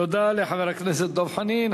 תודה לחבר הכנסת דב חנין.